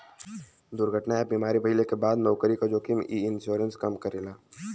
दुर्घटना या बीमारी भइले क बाद नौकरी क जोखिम क इ इन्शुरन्स कम करेला